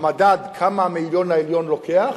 במדד כמה המאיון העליון לוקח,